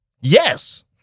Yes